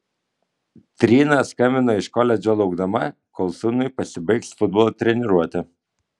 trina skambino iš koledžo laukdama kol sūnui pasibaigs futbolo treniruotė